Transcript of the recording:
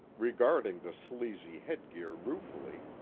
regarded the sleazy headgear ruefully,